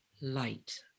light